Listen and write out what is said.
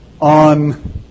on